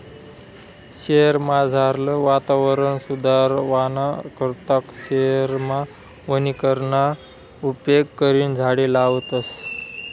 शयेरमझारलं वातावरण सुदरावाना करता शयेरमा वनीकरणना उपेग करी झाडें लावतस